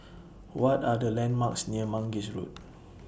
What Are The landmarks near Mangis Road